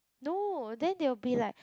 no then there will be like